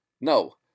no